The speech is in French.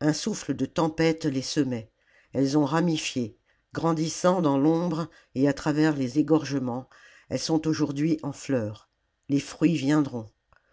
un souffle de tempête les semait elles ont ramifié grandissant dans l'ombre et à travers les égorgements elles sont aujourd'hui en fleur les fruits viendront